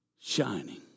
shining